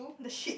the shit